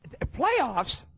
Playoffs